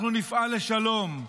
אנחנו נפעל לשלום,